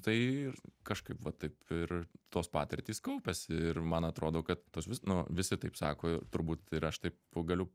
tai ir kažkaip va taip ir tos patirtys kaupiasi ir man atrodo kad tos vis nu visi taip sako turbūt ir aš taip galiu